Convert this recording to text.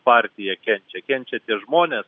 partija kenčia kenčia tie žmonės